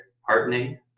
heartening